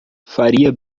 faria